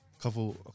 couple